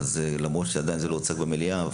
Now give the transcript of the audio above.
למרות שעדיין זה לא הוצג במליאה,